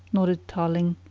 nodded tarling.